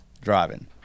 driving